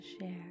share